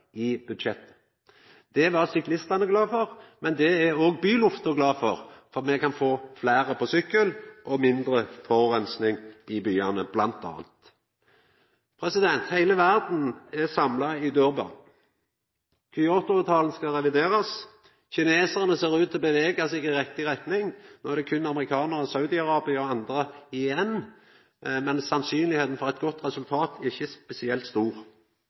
i budsjettet. Det var syklistane glade for, men det er òg bylufta glad for, for me kan få fleire på sykkel og mindre forureining i byane, bl.a. Heile verda er samla i Durban. Kyoto-avtalen skal reviderast. Kinesarane ser ut til å bevega seg i riktig retning. No er det berre amerikanarane, Saudi-Arabia og andre igjen, men sannsynlegheita for eit godt resultat er ikkje spesielt stor.